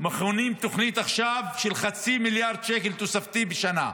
מכינים עכשיו תוכנית של חצי מיליארד שקל תוספתי בשנה.